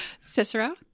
cicero